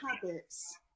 habits